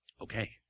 Okay